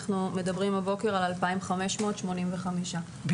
אנחנו מדברים הבוקר על 2,585 ילדים.